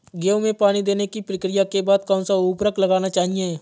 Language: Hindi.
गेहूँ में पानी देने की प्रक्रिया के बाद कौन सा उर्वरक लगाना चाहिए?